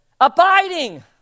Abiding